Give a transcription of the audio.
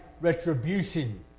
retribution